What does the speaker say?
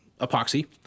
epoxy